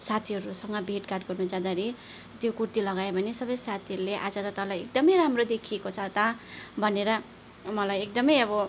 साथीहरूसँग भेटघाट गर्नु जाँदाखेरि त्यो कुर्ती लगायो भने सबै साथीहरूले आज त तँलाई एकदमै राम्रो देखिएको छ त भनेर मलाई एकदमै अब